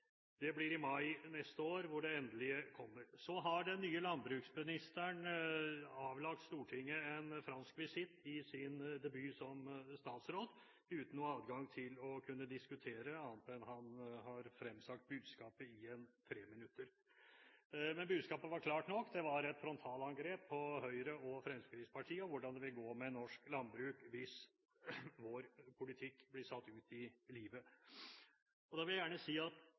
det blir i mai neste år, når det endelige kommer. Så har den nye landbruksministeren avlagt Stortinget en fransk visitt i sin debut som statsråd, uten noen adgang til å diskutere – annet enn at han har fremsagt budskapet i et treminuttersinnlegg. Men budskapet var klart nok. Det var et frontalangrep på Høyre og Fremskrittspartiet om hvordan det vil gå med norsk landbruk hvis vår politikk blir satt ut i livet. Da vil jeg gjerne si at